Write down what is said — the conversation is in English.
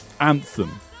anthem